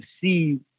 see